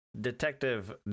Detective